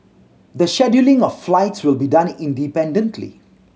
the scheduling of flights will be done independently